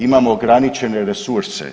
Imamo ograničene resurse.